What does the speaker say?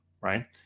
right